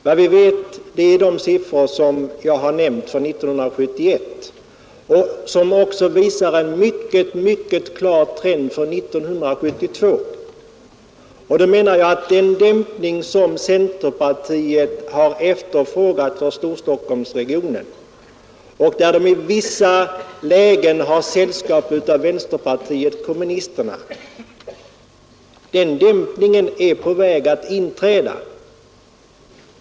Vad vi vet något om är de siffror som jag har nämnt från 1971 och som också visar en mycket, mycket klar trend för 1972. Därför menar jag att den dämpning som centerpartiet har efterfrågat för Storstockholmsregionen — och centerpartiet har där i vissa lägen sällskap med vänsterpartiet kommunisterna — är på väg att inträda.